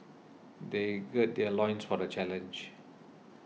they gird their loins for the challenge